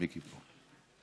מיקי פה.